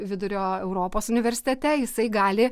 vidurio europos universitete jisai gali